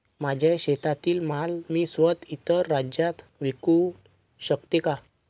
माझ्या शेतातील माल मी स्वत: इतर राज्यात विकू शकते का?